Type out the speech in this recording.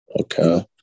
Okay